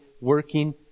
working